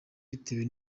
bitewe